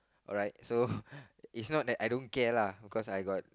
alright so it's not that I don't care lah because I got